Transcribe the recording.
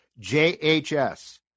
JHS